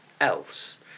else